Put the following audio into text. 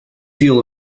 deal